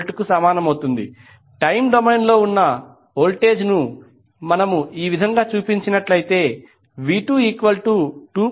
79V time domain లో ఉన్న voltage ను ఈ విధముగా చూపించినట్లైతే v22